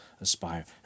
aspire